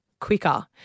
quicker